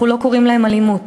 אנחנו לא קוראים להם אלימות,